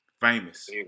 famous